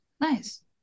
nice